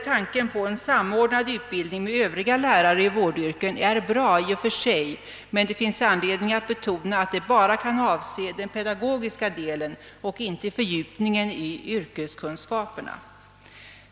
Tanken på en samordning med utbildningen av Övriga lärare i vårdyrken är god i och för sig, men det bör betonas att detta bara kan avse den pedagogiska delen och inte fördjupningen av yrkeskunskaperna.